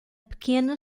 pequena